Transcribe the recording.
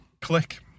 Click